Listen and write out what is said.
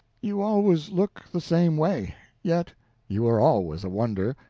you always look the same way, yet you are always a wonder,